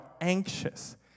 anxious